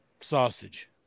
Sausage